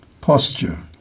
Posture